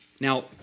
Now